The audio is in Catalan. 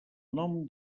nom